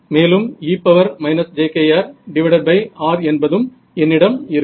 மேலும் e jkrr என்பதும் என்னிடம் இருக்கும்